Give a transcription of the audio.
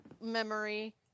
memory